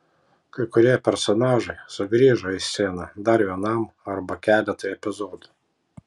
kai kurie personažai sugrįžo į sceną dar vienam arba keletui epizodų